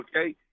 okay